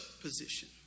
position